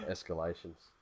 Escalations